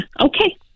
Okay